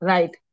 Right